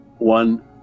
one